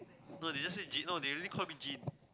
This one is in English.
no they just say G no they already call me Jin